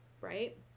Right